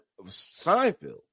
Seinfeld